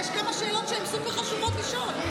יש כמה שאלות שהן סופר-חשובות לשאול.